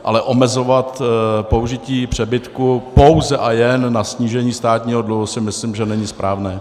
Ale omezovat použití přebytku pouze a jen na snížení státního dluhu si myslím, že není správné.